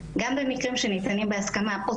גם במקרים שניתנים בהסכמה,